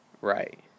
Right